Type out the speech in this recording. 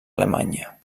alemanya